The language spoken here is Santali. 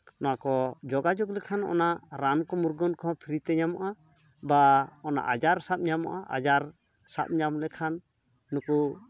ᱚᱱᱟ ᱠᱚ ᱡᱳᱜᱟᱡᱳᱜᱽ ᱞᱮᱠᱷᱟᱱ ᱚᱱᱟ ᱨᱟᱱ ᱠᱚ ᱢᱩᱨᱜᱟᱹᱱ ᱠᱚᱦᱚᱸ ᱯᱷᱨᱤ ᱛᱮ ᱧᱟᱢᱚᱜᱼᱟ ᱵᱟ ᱚᱱᱟ ᱟᱡᱟᱨ ᱥᱟᱵ ᱧᱟᱢᱚᱜᱼᱟ ᱟᱡᱟᱨ ᱥᱟᱵ ᱧᱟᱢ ᱞᱮᱠᱷᱟᱱ ᱱᱩᱠᱩ